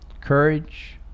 courage